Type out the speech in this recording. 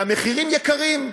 והמחירים גבוהים,